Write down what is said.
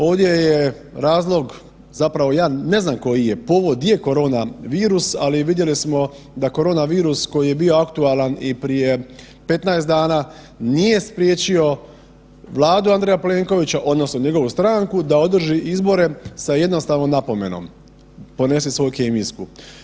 Ovdje je razlog zapravo jedan, ne znam koji je, povod je koronavirus, ali vidjeli smo da koronavirus koji je bio aktualan i prije 15 dana nije spriječio Vladu Andreja Plenkovića odnosno njegovu stranku da održi izbore sa jednostavnom napomenom „ponesi svoju kemijsku“